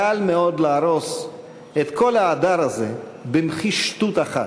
קל מאוד להרוס את כל ההדר הזה במחי שטות אחת,